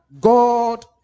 God